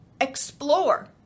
explore